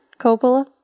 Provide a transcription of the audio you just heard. Coppola